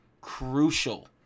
crucial